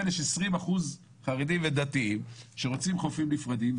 יש 20% חרדים ודתיים שרוצים חופים נפרדים,